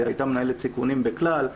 הייתה מנהלת סיכונים בכלל.